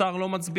השר לא מצביע.